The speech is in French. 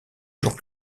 jours